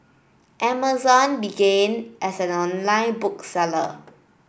Amazon began as an online book seller